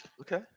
Okay